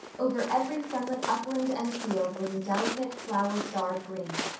over every sunlit upland and field was a delicate, flower-starred green.